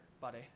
buddy